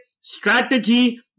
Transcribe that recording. strategy